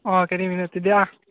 অঁ